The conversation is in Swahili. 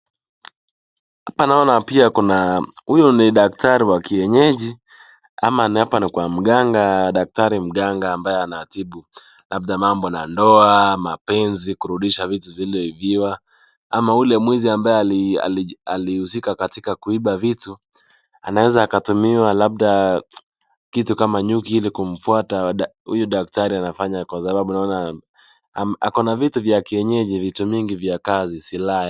Hapa naona pia kuna, huyu ni daktari wa kienyeji ama hapa ni kwa mganga. Daktari mganga ambaye anatibu, labda mambo na ndoa, mapenzi kurudisha vitu zilizoibiwa ama yule mwizi ambaye alihusika katika kuiba vitu. Anaweza akatumia labda kitu kama vile nyuki kumfuata. Huyu daktari anafanya kwa sababu naona ako na vitu vya kienyeji, vitu mingi vya kazi, Silaha yaani.